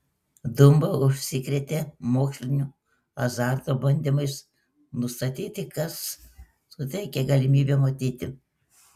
dumba užsikrėtė moksliniu azartu bandymais nustatyti kas suteikė galimybę matyti